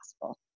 possible